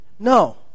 no